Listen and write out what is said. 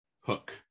hook